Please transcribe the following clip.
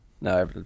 No